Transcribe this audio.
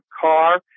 car